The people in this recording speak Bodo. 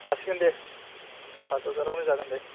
जासिगोन दे फास हाजारआवनो जागोन दे